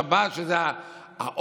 לפגוע בשבת, שזה "האות